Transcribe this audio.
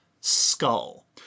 skull